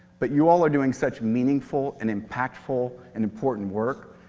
but you all are doing such meaningful and impactful and important work,